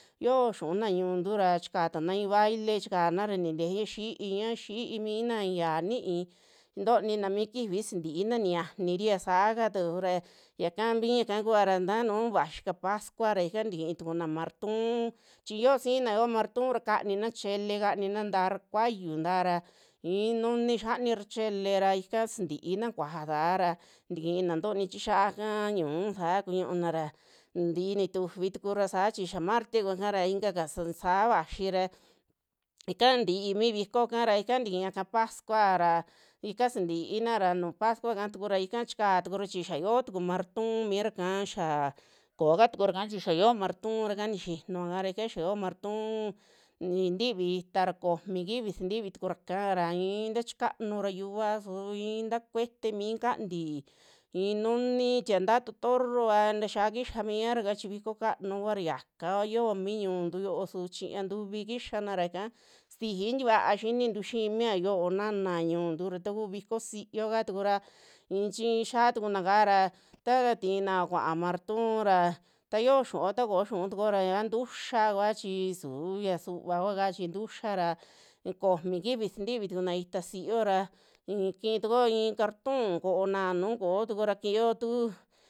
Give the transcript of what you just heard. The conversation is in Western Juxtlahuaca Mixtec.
Xio yuun na ñu'untu ra chika tana i'i baile chikana ra, nintejeña xiiña, xiimina i'iya ni'i ntonina mi kifi sintina niyaniri a sakatu ra, yaka mia ika kuara tanu vaxi ka pascua ra ika tikintukuna martuun chi yoo sina yoo martun ra kanina chele kania tarra kuayu tara i'in nuni xianira chele ra ika sintiina kuja saara tikina ntoni chixaka ñúu saa kuñuna ra, ntii nitufi tuku ra saa chi marte kuakara inka su saa vaxira ika ntii mi viko kara ika tikiyaka pascua ra, ika sintiina ra nu pascuaka tukura ika chika tukura chi xaa yoo tuku marton miraka, xia koo katukuraka chi xaa yoo marton raka nixiaka ra, ika xia yoo marton ni tivi itaa komi kifi sintivi tukara kaara i'inta chikanura yuvao su i'in ta cuete mii kaanti, i'in nuni tie taatu torroa tayia kixa miaraka chi viko kanu kuara yaka yoo mi ñuntu yo'o su chiña ntuvi kixana ra ika xiji tikuaa xinintu xi'i mia yoo naana ñu'untu ra takuu viko siiyo kaa tukura i'in chi xiatukuna kaara ta tinao kuao marton ra taa xio xu'uo ta koo xu'u tukura ya ntuuxa kua chi suu ya suva kua ka'a chi ntuuxa ra komi kifi sintivi tukuna itaa siiyo ra i'i kitukuo i'i carton koona nu koo tukura kiyo tuku.